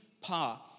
power